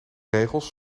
regels